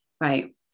right